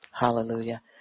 Hallelujah